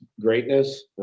greatness